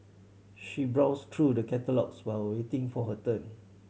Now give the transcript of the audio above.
she browsed through the catalogues while waiting for her turn